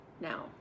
now